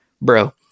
Bro